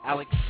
Alex